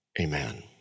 amen